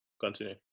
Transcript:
Continue